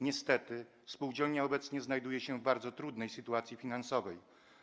Niestety, spółdzielnia obecnie znajduje się w bardzo trudnej sytuacji finansowej.